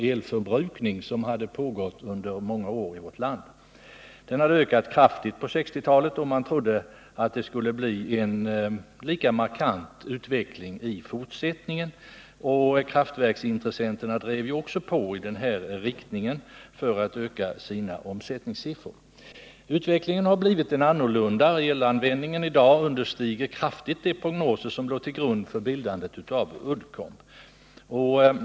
Elförbrukningen hade ökat kraftigt under 1960-talet, och man trodde att vi skulle få en lika markant utveckling även i fortsättningen. Elkraftsintressenterna drev också på i den här riktningen för att öka sina omsättningssiffror. 99 Utvecklingen har blivit en annan. Elanvändningen understiger kraftigt de prognoser som låg till grund för bildandet av Uddcomb.